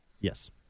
Yes